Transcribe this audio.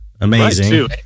Amazing